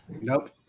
nope